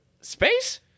space